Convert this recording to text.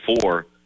Four